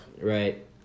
Right